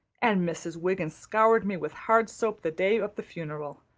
and mrs. wiggins scoured me with hard soap the day of the funeral.